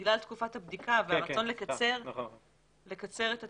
בגלל תקופת הבדיקה והרצון לקצר את הטווחים,